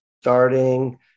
starting